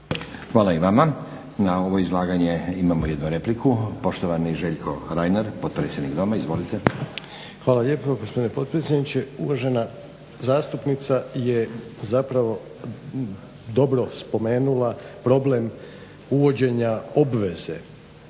Hvala i vama. Na ovo izlaganje imamo jednu repliku. Poštovani Željko Reiner, potpredsjednik Doma. Izvolite. **Reiner, Željko (HDZ)** Hvala lijepo gospodine potpredsjedniče. Uvažena zastupnica je zapravo dobro spomenula problem uvođenja obveze